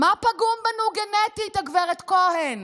מה פגום בנו גנטית, הגב' כהן?